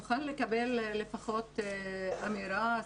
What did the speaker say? נוכל לקבל לפחות אמירה,